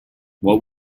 what